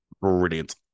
brilliant